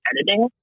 editing